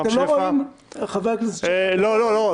אתם לא רואים, חבר הכנסת כץ --- לא, לא.